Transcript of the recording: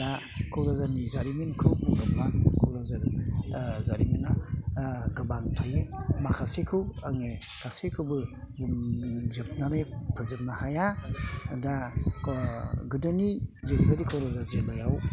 दा क'क्राझारनि जारिमिनखौ बुङोब्ला क'क्राझार जारिमिना गोबां थायो माखासेखौ आङो गासैखौबो बुंजोबनानै फोजोबनो हाया दा गोदोनि जेरैबादि क'क्राझार जिल्लाआव